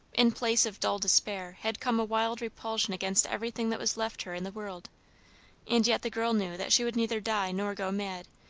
in place of dull despair, had come a wild repulsion against everything that was left her in the world and yet the girl knew that she would neither die nor go mad,